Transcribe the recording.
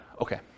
Okay